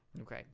Okay